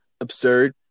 absurd